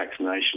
vaccinations